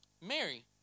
Mary